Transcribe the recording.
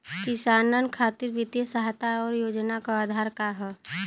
किसानन खातिर वित्तीय सहायता और योजना क आधार का ह?